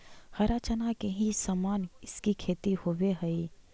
हरा चना के ही समान इसकी खेती होवे हई